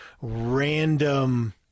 random